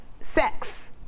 sex